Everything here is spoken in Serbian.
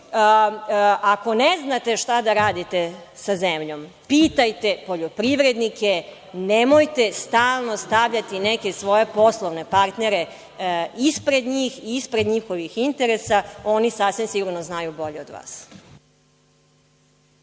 ne znate šta da radite sa zemljom, pitajte poljoprivrednike, nemojte stalno stavljati neke svoje poslovne partnere ispred njih, ispred njihovih interesa. Oni sigurno znaju bolje od vas.